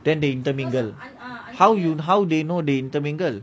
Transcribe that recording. then they intermingle how you how they know you intermingle